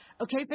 okay